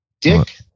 dick